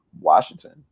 Washington